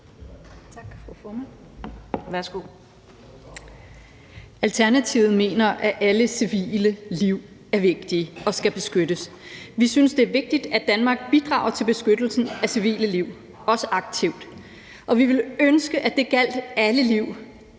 Alternativet mener, at alle civile liv er vigtige og skal beskyttes. Vi synes, det er vigtigt, at Danmark bidrager til beskyttelsen af civile liv, også aktivt, og vi ville ønske, at det gjaldt alle liv,